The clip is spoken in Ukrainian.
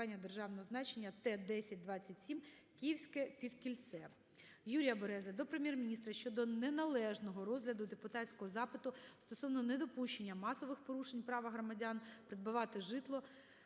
державного значення Т-10-27 Київське Півкільце. Юрія Берези до Прем'єр-міністра щодо неналежного розгляду депутатського запиту стосовно недопущення масових порушень права громадян придбавати житло